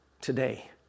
today